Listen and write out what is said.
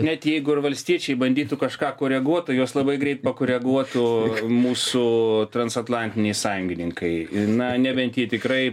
net jeigu ir valstiečiai bandytų kažką koreguot tai juos labai greit pakoreguotų mūsų transatlantiniai sąjungininkai na nebent jie tikrai